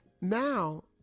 Now